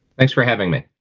thanks for having me